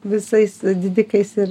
visais didikais ir